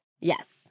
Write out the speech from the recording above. Yes